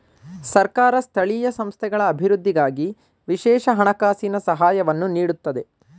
ಸರ್ಕಾರ ಸ್ಥಳೀಯ ಸಂಸ್ಥೆಗಳ ಅಭಿವೃದ್ಧಿಗಾಗಿ ವಿಶೇಷ ಹಣಕಾಸಿನ ಸಹಾಯವನ್ನು ನೀಡುತ್ತದೆ